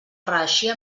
reeixir